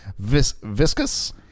viscous